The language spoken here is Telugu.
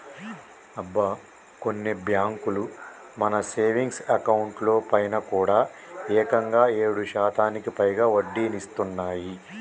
అబ్బా కొన్ని బ్యాంకులు మన సేవింగ్స్ అకౌంట్ లో పైన కూడా ఏకంగా ఏడు శాతానికి పైగా వడ్డీనిస్తున్నాయి